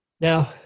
Now